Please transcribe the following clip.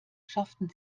schafften